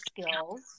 skills